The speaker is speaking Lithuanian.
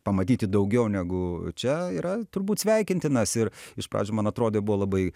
pamatyti daugiau negu čia yra turbūt sveikintinas ir iš pradžių man atrodė buvo labai